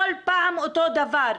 כל פעם אותו דבר.